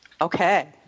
Okay